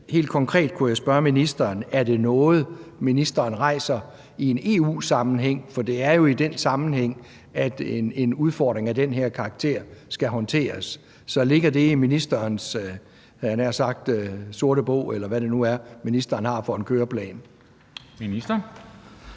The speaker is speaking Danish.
Helt konkret kunne jeg spørge ministeren: Er det noget, ministeren rejser i en EU-sammenhæng? For det er jo i den sammenhæng, at en udfordring af den her karakter skal håndteres. Så ligger det i ministerens sorte bog – havde jeg nær sagt – eller hvad det nu er for en køreplan, ministeren